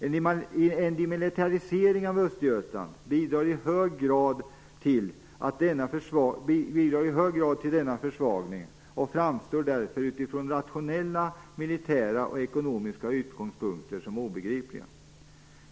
En demilitarisering av Östergötland bidrar i hög grad till denna försvagning och framstår därför utifrån rationella militära och ekonomiska utgångspunkter som obegriplig.